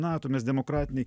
nato mes demokratiniai